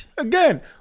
Again